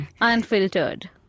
Unfiltered